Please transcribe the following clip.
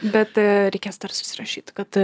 bet reikės dar susirašyt kad